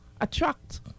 attract